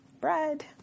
bread